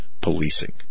policing